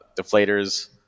deflators